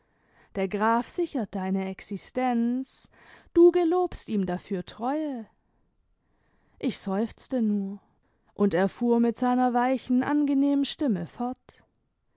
der graf sichert deine existenz du gelobst ihm dafür treue ich seufzte nur und er fuhr mit seiner weichen angenehmen stimme fort